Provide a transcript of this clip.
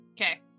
Okay